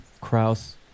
Kraus